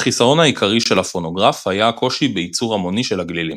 החסרון העיקרי של הפונוגרף היה הקושי בייצור המוני של הגלילים.